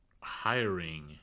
hiring